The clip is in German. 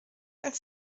als